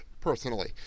personally